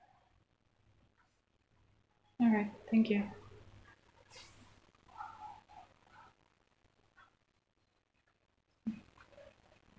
alright thank you